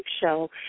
show